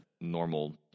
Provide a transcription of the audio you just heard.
normal